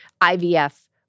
IVF